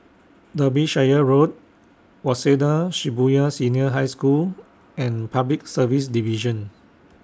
Derbyshire Road Waseda Shibuya Senior High School and Public Service Division